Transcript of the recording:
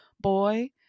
boy